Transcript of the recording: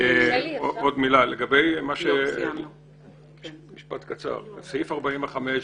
סעיף 45,